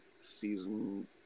season